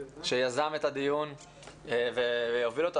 שיזם את הדיון ויוביל אותו.